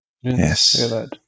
Yes